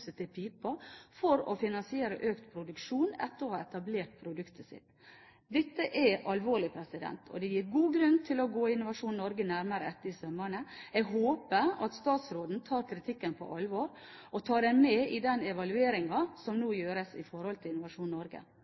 for å finansiere økt produksjon etter å ha etablert produktet sitt». Dette er alvorlig. Det gir god grunn til å gå Innovasjon Norge nærmere etter i sømmene. Jeg håper at statsråden tar kritikken på alvor og tar det med i den evalueringen som nå gjøres i forhold til Innovasjon Norge.